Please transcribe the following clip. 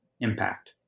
impact